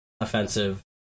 offensive